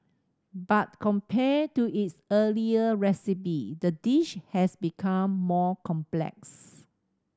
but compared to its earlier recipe the dish has become more complex